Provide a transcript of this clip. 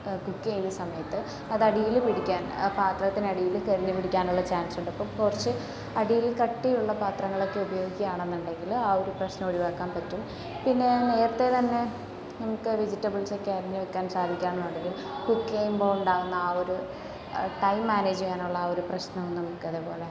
cook ചെയ്യുന്ന സമയത്ത് അത് അടിയിൽ പിടിക്കാൻ പാത്രത്തിന് അടിയിൽ കരിഞ്ഞ് പിടിക്കാനുള്ള ചാൻസുണ്ട് അപ്പോൾ കുറച്ച് അടിയിൽ കട്ടിയുള്ള പാത്രങ്ങളൊക്കെ ഉപയോഗിക്കുകയാണെന്നുണ്ടെങ്കിൽ ആ ഒരു പ്രശ്നം ഒഴിവാക്കാൻ പറ്റും പിന്നെ നേരത്തെ തന്നെ നമുക്ക് വെജിറ്റബിൾസൊക്കെ അരിഞ്ഞു വയ്ക്കാൻ സാധിക്കുവാന്നുണ്ടെങ്കിൽ കുക്ക് ചെയ്യുമ്പോൾ ഉണ്ടാകുന്ന ആ ഒരു ടൈം മാനേജ് ചെയ്യാനുള്ള ആ ഒരു പ്രശ്നം നമുക്ക് അതുപോലെ